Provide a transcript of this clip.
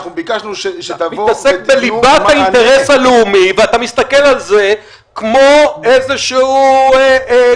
אתה מתעסק בליבת האינטרס הלאומי ואתה מסתכל על זה כמו איזה קופאי.